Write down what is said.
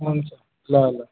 हुन्छ ल ल